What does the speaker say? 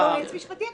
זה יועץ משפטי,